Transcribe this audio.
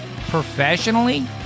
Professionally